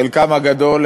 חלקם הגדול,